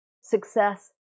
success